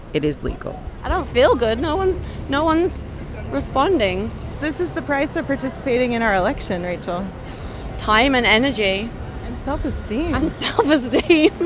it is legal i don't feel good. no one's no one's responding this is the price of participating in our election, rachel time and energy and self-esteem and self-esteem,